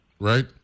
Right